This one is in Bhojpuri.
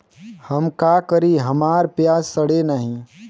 हम का करी हमार प्याज सड़ें नाही?